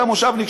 המושבניק,